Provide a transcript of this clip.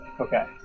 okay